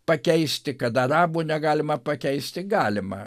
pakeisti kad arabų negalima pakeisti galima